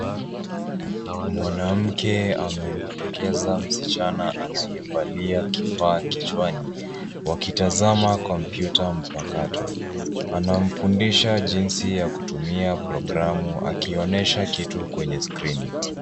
Mwanamke amemwelekeza msichana anayevalia kifaa kichwani wakitazama kompyuta mpakato. Anamfundisha jinsi ya kutumia programu akionyesha kitu kwenye skrini.